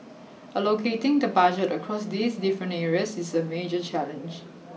allocating the Budget across these different areas is a major challenge